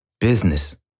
Business